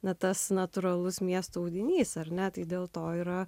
natas natūralus miesto audinys ar ne tai dėl to yra